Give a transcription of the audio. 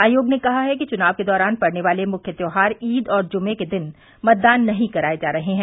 आयोग ने कहा है कि चुनाव के दौरान पड़ने वाले मुख्य त्योहार ईद और जुमे के दिन मतदान नहीं कराये जा रहे हैं